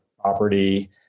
property